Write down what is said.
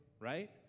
right